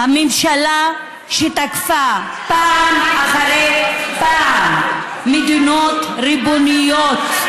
הממשלה שתקפה, פעם אחרי פעם מדינות ריבוניות,